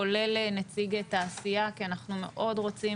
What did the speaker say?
כולל נציג תעשייה כי אנחנו רוצים